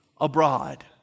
abroad